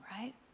right